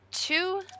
Two